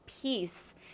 peace